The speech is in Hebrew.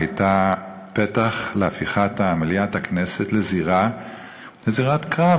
הייתה פתח להפיכת מליאת הכנסת לזירת קרב,